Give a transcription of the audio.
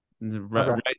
right